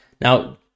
now